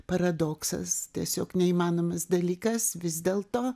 paradoksas tiesiog neįmanomas dalykas vis dėlto